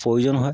প্ৰয়োজন হয়